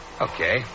Okay